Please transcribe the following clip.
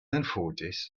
anffodus